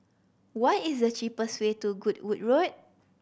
what is the cheapest way to Goodwood Road